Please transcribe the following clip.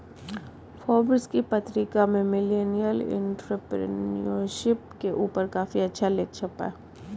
Forbes की पत्रिका में मिलेनियल एंटेरप्रेन्योरशिप के ऊपर काफी अच्छा लेख छपा है